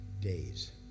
days